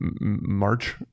March